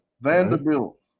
Vanderbilt